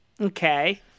Okay